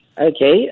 Okay